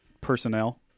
personnel